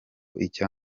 icya